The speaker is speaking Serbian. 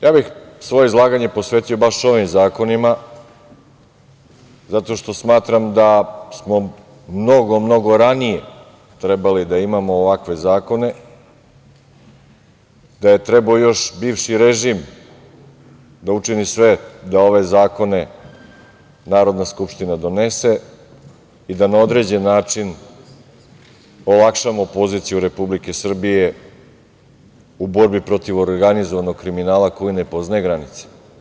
Ja bih svoje izlaganje posvetio baš ovim zakonima, zato što smatram da smo mnogo, mnogo ranije trebali da imamo ovakve zakone, da je trebao još bivši režim da učini sve da ove zakone Narodna skupština donese i da na određeni način olakšamo poziciju Republike Srbije u borbi protiv organizovanog kriminala, koji ne poznaje granice.